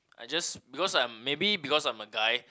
I just because I'm maybe because I'm a guy